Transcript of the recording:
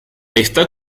está